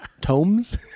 Tomes